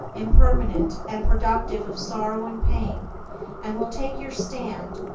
impermanent, and productive of sorrow and pain and will take your stand,